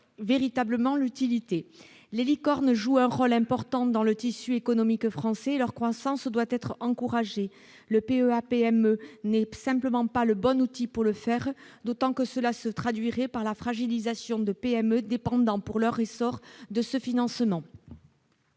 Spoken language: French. véritablement besoin. Les « licornes » jouent un rôle important dans le tissu économique français, et leur croissance doit être encouragée, mais le PEA-PME n'est simplement pas le bon outil pour ce faire, d'autant que cela se traduirait par la fragilisation de PME dépendant, pour leur essor, de ce financement.